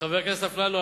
חבר הכנסת אפללו,